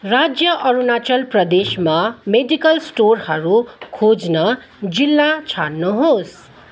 राज्य अरुणाचल प्रदेशमा मेडिकल स्टोरहरू खोज्न जिल्ला छान्नुहोस्